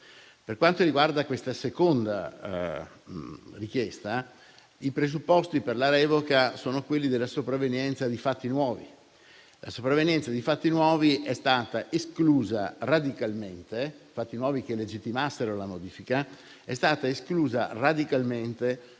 Per quanto riguarda questa seconda richiesta, i presupposti per la revoca sono quelli della sopravvenienza di fatti nuovi e la sopravvenienza di fatti nuovi fatti nuovi che legittimassero la modifica è stata esclusa radicalmente